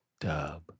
dub